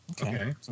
Okay